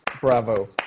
Bravo